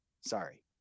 Sorry